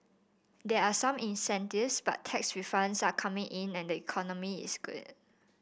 there are some incentives but tax refunds are coming in and the economy is good